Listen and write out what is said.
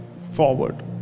forward